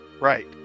right